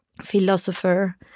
philosopher